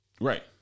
Right